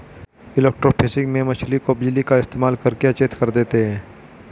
electrofishing में मछली को बिजली का इस्तेमाल करके अचेत कर देते हैं